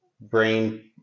brain